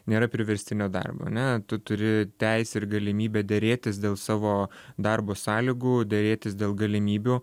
nėra priverstinio darbo ane tu turi teisę ir galimybę derėtis dėl savo darbo sąlygų derėtis dėl galimybių